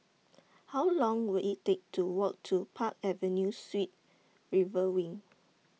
How Long Will IT Take to Walk to Park Avenue Suites River Wing